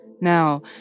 Now